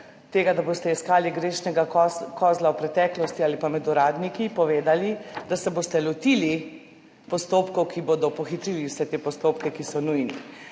tega, da boste iskali grešnega kozla v preteklosti ali pa med uradniki, povedali, da se boste lotili postopkov, ki bodo pohitrili vse te postopke, ki so nujni.